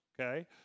okay